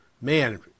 Man